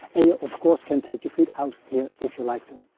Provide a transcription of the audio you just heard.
and you of course can take your feet out here if you like to.